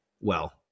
well-